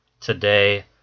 today